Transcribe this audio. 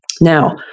Now